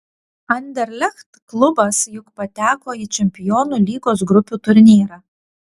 anderlecht klubas juk pateko į čempionų lygos grupių turnyrą